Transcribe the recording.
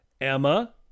Emma